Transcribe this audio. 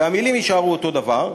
והמילים יישארו אותו דבר.